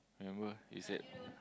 remember you said